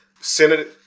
Senate